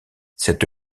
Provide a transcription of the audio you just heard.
cette